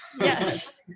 Yes